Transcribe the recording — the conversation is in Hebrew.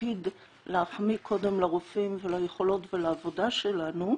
הקפיד להחמיא קודם לרופאים וליכולות ולעבודה שלנו,